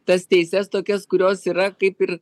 tas teises tokias kurios yra kaip ir